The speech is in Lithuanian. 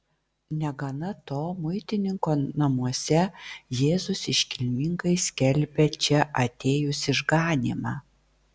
negana to muitininko namuose jėzus iškilmingai skelbia čia atėjus išganymą